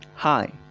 Hi